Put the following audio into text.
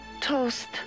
toast